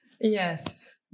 Yes